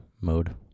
mode